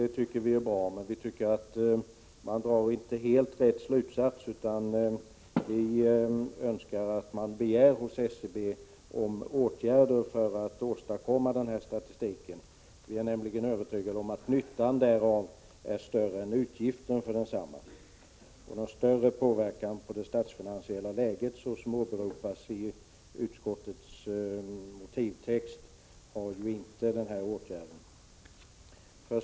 Det är bra, men utskottet drar inte helt rätt slutsats. Vi önskar därför att riksdagen begär åtgärder för att SCB skall åstadkomma statistik om kooperativa företag. Vi är nämligen övertygade om att nyttan därav är större än utgiften för densamma. Någon mer betydande påverkan på det statsfinansiella läget, såsom åberopas i utskottets motivtext, har inte denna åtgärd.